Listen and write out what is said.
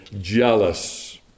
jealous